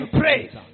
praise